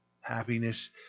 Happiness